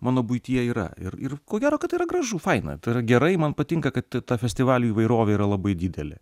mano buityje yra ir ir ko gero kad tai yra gražu faina tai yra gerai man patinka kad ta festivalių įvairovė yra labai didelė